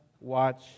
watch